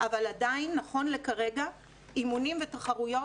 אבל עדיין נכון לכרגע אימונים ותחרויות